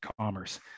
commerce